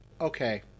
okay